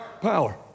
Power